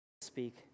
speak